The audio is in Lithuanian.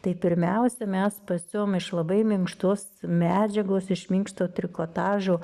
tai pirmiausia mes pasiuvom iš labai minkštos medžiagos iš minkšto trikotažo